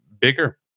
bigger